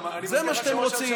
זה מה שאתם רוצים.